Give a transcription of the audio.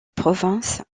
province